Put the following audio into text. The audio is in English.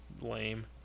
lame